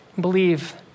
believe